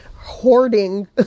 hoarding